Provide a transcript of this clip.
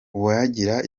uwagira